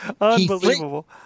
Unbelievable